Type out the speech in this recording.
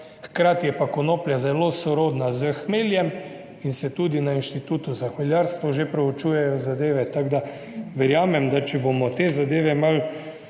Hkrati je pa konoplja zelo sorodna s hmeljem in se tudi na Inštitutu za hmeljarstvo že proučujejo zadeve. Tako da verjamem, da če bomo te zadeve malo